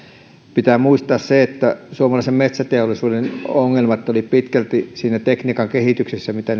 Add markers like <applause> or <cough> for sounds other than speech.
pitää muistaa se että suomalaisen metsäteollisuuden ongelmat olivat pitkälti siinä tekniikan kehityksessä mitä <unintelligible>